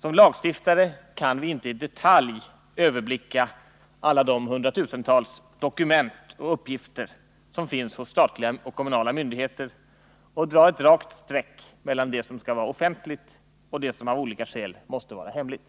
Som lagstiftare kan vi inte i detalj överblicka alla de hundratusentals dokument och uppgifter som finns hos statliga och kommunala myndigheter och dra ett rakt streck mellan det som skall vara offentligt och det som av olika skäl måste vara hemligt.